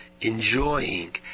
enjoying